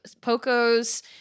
Poco's